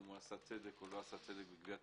אם נעשה צדק או לא נעשה צדק בגביית